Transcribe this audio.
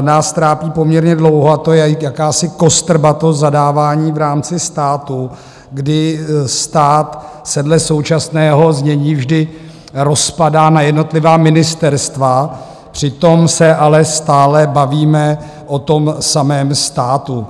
nás trápí poměrně dlouho, a to je jakási kostrbatost zadávání v rámci státu, kdy stát se dle současného znění vždy rozpadá na jednotlivá ministerstva, přitom se ale stále bavíme o tom samém státu.